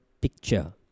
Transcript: picture